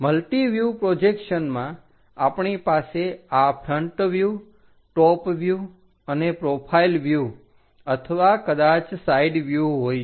multiview પ્રોજેક્શનમાં આપણી પાસે આ ફ્રન્ટ વ્યુહ ટોપ વ્યુહ અને પ્રોફાઈલ વ્યુહ અથવા કદાચ સાઈડ વ્યુહ હોય છે